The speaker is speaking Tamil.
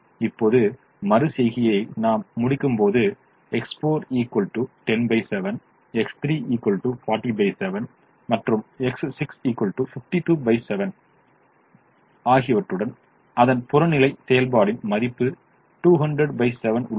இப்போது மறு செய்கையை நாம் முடிக்கும்போது X4 107 X3 407 மற்றும் X6 527 ஆகியவற்றுடன் அதன் புறநிலை செயல்பாடின் மதிப்பு 2007 உள்ளது